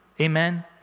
Amen